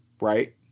Right